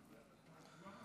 תודה.